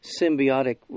symbiotic